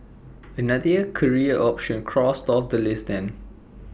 another career option crossed off the list then